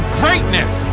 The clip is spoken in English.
greatness